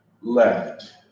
left